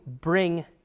bring